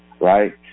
right